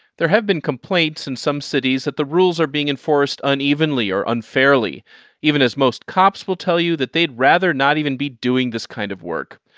there have been complaints in some cities that the rules are being enforced unevenly or unfairly even as most cops will tell you that they'd rather not even be doing this kind of work.